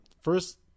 first